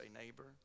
neighbor